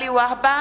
והבה,